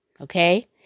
okay